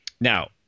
now